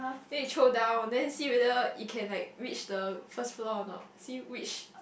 then you chow down then you see whether you can like reach the first floor or not see which